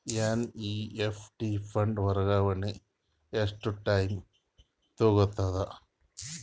NEFT fund ವರ್ಗಾವಣೆ ಎಷ್ಟ time ತೋಗೊತದ?